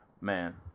man